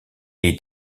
est